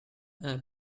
and